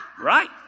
Right